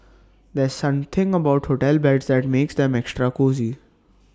there's something about hotel beds that makes them extra cosy